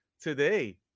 today